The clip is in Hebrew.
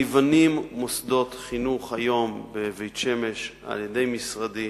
היום נבנים מוסדות חינוך בבית-שמש על-ידי משרדי.